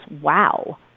wow